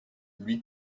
lui